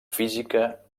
física